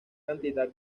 cantidad